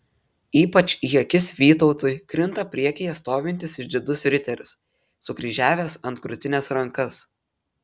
ypač į akis vytautui krinta priekyje stovintis išdidus riteris sukryžiavęs ant krūtinės rankas